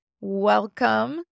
welcome